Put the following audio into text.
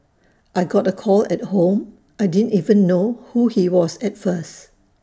I got A call at home I didn't even know who he was at first